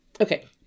Okay